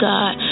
God